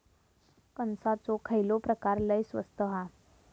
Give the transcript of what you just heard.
कणसाचो खयलो प्रकार लय स्वस्त हा?